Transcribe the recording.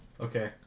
Okay